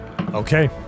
Okay